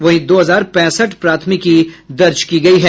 वहीं दो हजार पैंसठ प्राथमिकी दर्ज की गयी है